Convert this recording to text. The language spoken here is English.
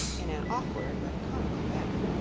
in an awkward but comical manner